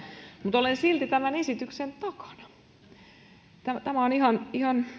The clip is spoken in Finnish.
mutta olen silti tämän esityksen takana tämä on ihan ihan